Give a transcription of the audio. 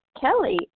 Kelly